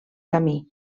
camí